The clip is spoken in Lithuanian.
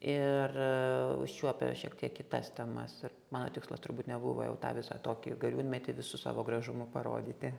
ir užčiuopia šiek tiek kitas temas mano tikslas turbūt nebuvo jau tą visą tokį gariūnmetį visu savo gražumu parodyti